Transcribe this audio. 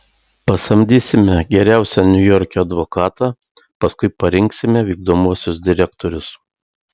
pasamdysime geriausią niujorke advokatą paskui parinksime vykdomuosius direktorius